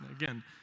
again